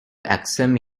aksum